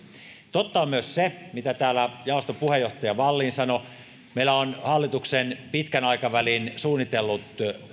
totta on myös se mitä täällä jaoston puheenjohtaja wallin sanoi että meillä on hallituksen pitkän aikavälin suunnitellut